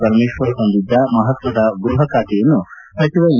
ಪರಮೇಶ್ವರ್ ಹೊಂದಿದ್ದ ಮಹತ್ವದ ಗೃಪ ಖಾತೆಯನ್ನು ಸಚಿವ ಎಂ